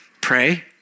Pray